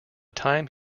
time